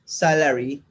salary